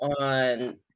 on